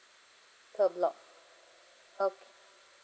per block okay